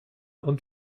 und